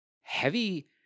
heavy